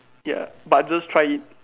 ya but just try it